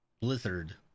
Blizzard